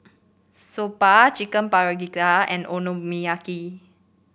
Soba Chicken Paprika and Okonomiyaki